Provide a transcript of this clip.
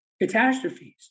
catastrophes